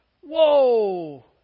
whoa